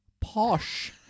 posh